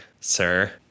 sir